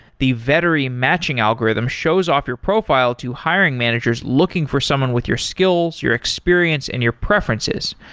the vettery matching algorithm shows off your profile to hiring managers looking for someone with your skills, your experience and your preferences.